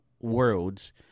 worlds